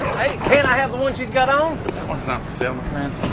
hey, can i have the one she's got on? that one's not for sale, my friend.